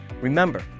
Remember